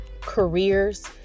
careers